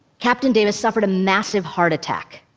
captain davis suffered a massive heart attack,